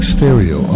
Stereo